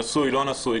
נשוי או לא נשוי,